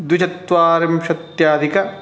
द्विचत्वारिंशत्यधिक